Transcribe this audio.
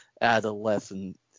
adolescent